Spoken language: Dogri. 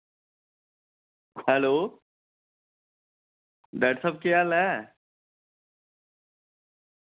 हैल्लो डाक्टर साह्ब केह् हाल ऐ